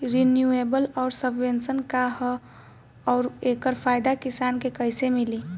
Renewable आउर subvention का ह आउर एकर फायदा किसान के कइसे मिली?